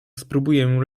spróbuję